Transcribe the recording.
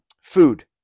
Food